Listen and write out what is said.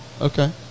Okay